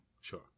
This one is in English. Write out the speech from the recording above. Sure